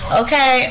okay